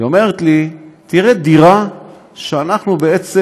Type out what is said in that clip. היא אומרת לי: תראה דירה שבה אנחנו בעצם